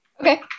Okay